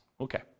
Okay